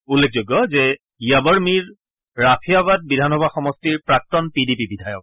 উল্লেখযোগ্য যে য়াবৰ মীৰ ৰাফিয়াবাদ বিধানসভা সমষ্টিৰ প্ৰাক্তন পিডিপি বিধায়ক